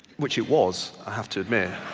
which it was, i have to admit,